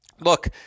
Look